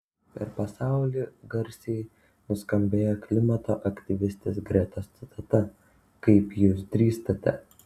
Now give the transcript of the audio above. per pasaulį garsiai nuskambėjo klimato aktyvistės gretos citata kaip jūs drįstate